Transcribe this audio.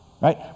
right